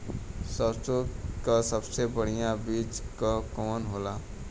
सरसों क सबसे बढ़िया बिज के कवन होला?